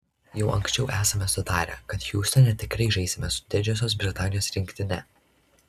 jau anksčiau esame sutarę kad hjustone tikrai žaisime su didžiosios britanijos rinktine